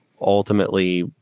ultimately